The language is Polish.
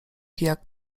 pijak